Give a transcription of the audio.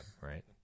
right